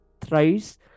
thrice